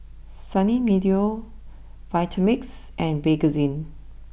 Sunny Meadow Vitamix and Bakerzin